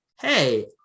hey